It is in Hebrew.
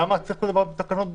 למה צריך את הדבר בתקנות ובחקיקה?